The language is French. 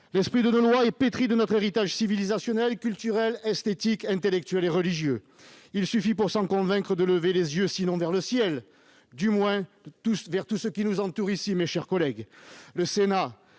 L'esprit de nos lois est ainsi pétri de notre héritage civilisationnel, culturel, esthétique, intellectuel et religieux. Il suffit, pour s'en convaincre, de lever les yeux, sinon vers le ciel, du moins vers tout ce qui nous entoure, ici, mes chers collègues.